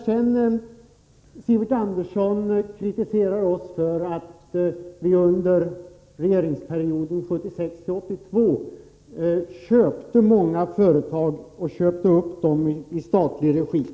Sivert Andersson kritiserar oss för att vi under regeringsperioden 1976 1982 köpte upp många företag i statlig regi.